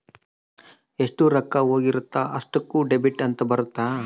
ಎಷ್ಟ ರೊಕ್ಕ ಹೋಗಿರುತ್ತ ಅಷ್ಟೂಕ ಡೆಬಿಟ್ ಅಂತ ಬರುತ್ತ